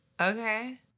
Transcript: Okay